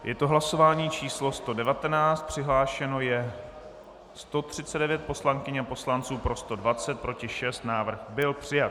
Je to hlasování číslo 119, přihlášeno je 139 poslankyň a poslanců, pro 120, proti 6, návrh byl přijat.